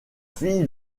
fille